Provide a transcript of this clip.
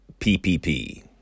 PPP